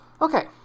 Okay